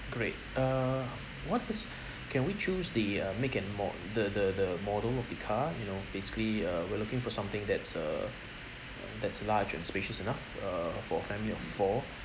great uh what is can we choose the uh make and mo~ the the the model of the car you know basically uh we're looking for something that's uh that's uh large and spacious enough uh for a family of four